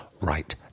right